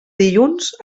dilluns